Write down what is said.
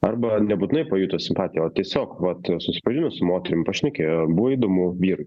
arba nebūtinai pajuto simpatiją o tiesiog vat susipažino su moterim pašnekėjo buvo įdomu vyrui